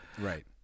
Right